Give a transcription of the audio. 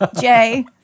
Jay